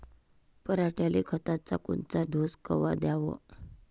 पऱ्हाटीले खताचा कोनचा डोस कवा द्याव?